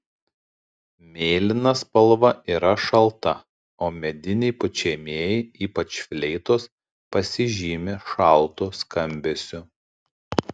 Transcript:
mėlyna spalva yra šalta o mediniai pučiamieji ypač fleitos pasižymi šaltu skambesiu